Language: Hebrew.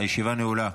הישיבה נעולה.